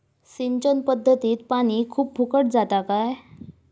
सिंचन पध्दतीत पानी खूप फुकट जाता काय?